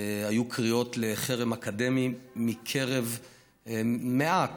היו קריאות לחרם אקדמי מקרב מעט,